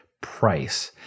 price